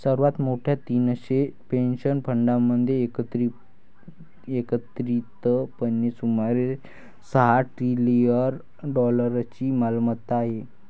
सर्वात मोठ्या तीनशे पेन्शन फंडांमध्ये एकत्रितपणे सुमारे सहा ट्रिलियन डॉलर्सची मालमत्ता आहे